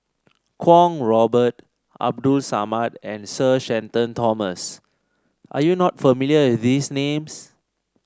Kwong Robert Abdul Samad and Sir Shenton Thomas are you not familiar with these names